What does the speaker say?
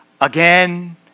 again